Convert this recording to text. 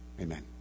Amen